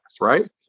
right